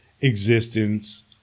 existence